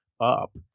up